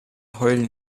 heulen